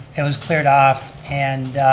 it was cleared off and